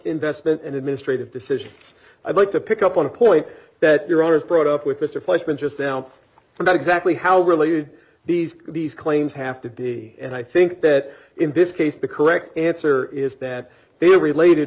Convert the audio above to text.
investment and administrative decisions i'd like to pick up on a point that your owners brought up with mr placement just now about exactly how related these these claims have to be and i think that in this case the correct answer is that they are related